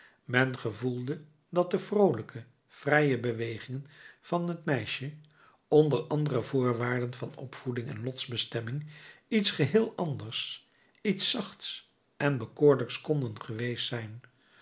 men gevoelde dat de vroolijke vrije bewegingen van het meisje onder andere voorwaarden van opvoeding en lotsbestemming iets geheel anders iets zachts en bekoorlijks konden geweest zijn